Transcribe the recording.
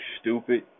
stupid